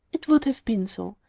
it would have been so.